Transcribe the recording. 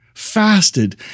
fasted